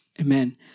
Amen